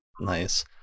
Nice